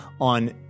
on